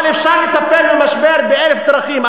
אבל אפשר לטפל במשבר באלף דרכים.